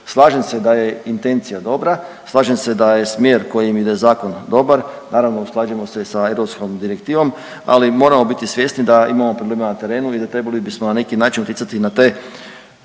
Slažem se da je intencija dobra, slažem se da je smjer kojim ide zakon dobar naravno usklađujemo se sa europskom direktivom, ali moramo biti svjesni da imam problema na terenu i da trebali bismo na neki način utjecati na te